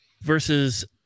versus